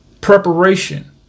Preparation